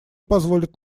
позволит